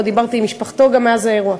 וגם לא דיברתי עם משפחתו מאז האירוע,